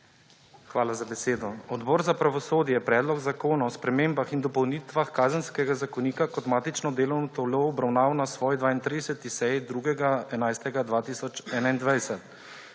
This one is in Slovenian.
Hvala za besedo. Odbor za pravosodje je Predlog zakona o spremembah in dopolnitvah Kazenskega zakonika kot matično delovno telo obravnaval na svoji 32. seji 2.